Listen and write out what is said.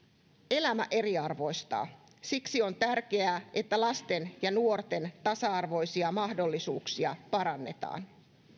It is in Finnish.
elämä eriarvoistaa siksi on tärkeää että lasten ja nuorten tasa arvoisia mahdollisuuksia parannetaan